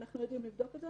ואנחנו יודעים לבדוק את זה,